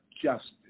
justice